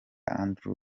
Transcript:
andrew